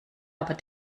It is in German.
aber